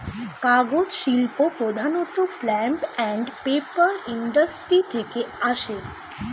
কাগজ শিল্প প্রধানত পাল্প অ্যান্ড পেপার ইন্ডাস্ট্রি থেকে আসে